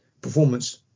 performance